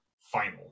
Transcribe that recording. final